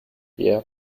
yeah